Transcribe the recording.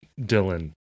Dylan